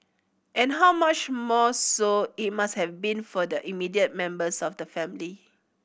and how much more so it must have been for the immediate members of the family